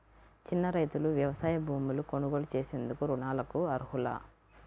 చిన్న రైతులు వ్యవసాయ భూములు కొనుగోలు చేసేందుకు రుణాలకు అర్హులా?